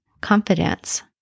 Confidence